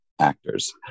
actors